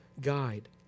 guide